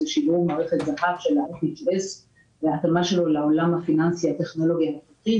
שילוב מערכת --- של IPS והתאמה שלה לעולם הפיננסי הטכנולוגי האיכותי.